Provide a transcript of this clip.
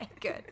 good